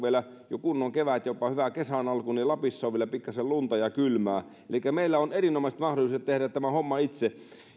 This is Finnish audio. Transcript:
jo kunnon kevät jopa hyvä kesän alku niin lapissa on vielä pikkasen lunta ja kylmää elikkä meillä on erinomaiset mahdollisuudet tehdä tämä homma itse